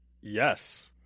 Yes